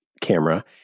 camera